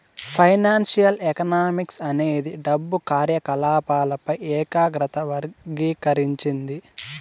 financial economics అనేది డబ్బు కార్యకాలపాలపై ఏకాగ్రత వర్గీకరించింది